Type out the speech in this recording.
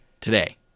today